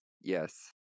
Yes